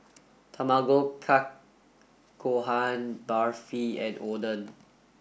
Tamago Kake Gohan Barfi and Oden